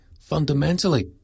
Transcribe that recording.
fundamentally